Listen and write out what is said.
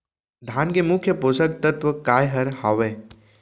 धान के मुख्य पोसक तत्व काय हर हावे?